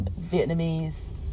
Vietnamese